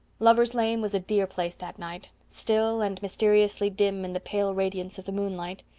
lover's lane was a dear place that night, still and mysteriously dim in the pale radiance of the moonlight.